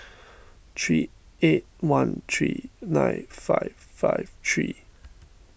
three eight one three nine five five three